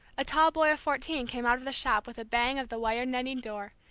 a tall boy of fourteen came out of the shop with a bang of the wire-netting door,